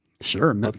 Sure